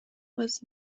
was